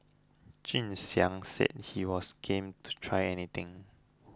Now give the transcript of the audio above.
Jun Xiang said he was game to try anything